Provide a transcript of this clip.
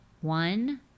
One